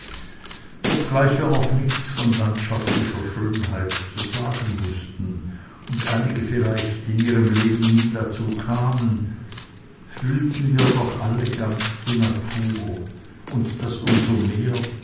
obgleich wir noch nichts von landschaftlicher schönheit zu sagen wußten und einige vielleicht in ihrem leben nie dazu kamen fühlten wir alle doch ganz die natur und das um so mehr